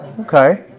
okay